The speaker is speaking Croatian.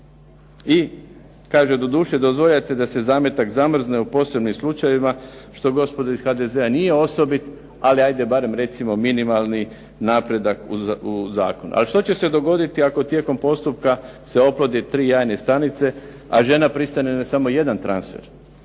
i kaže doduše dozvoljavate da se zametak zamrzne u posebnim slučajevima, što gospodo iz HDZ-a nije osobit. Ali 'ajde recimo minimalni napredak u zakonu. Ali što će se dogoditi ako tijekom postupka se oplodi tri jajne stanice, a žena pristane samo na jedan transfer?